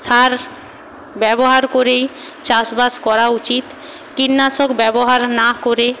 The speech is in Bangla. সার ব্যবহার করেই চাষবাস করা উচিত কীটনাশক ব্যবহার না করে